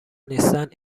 نیستند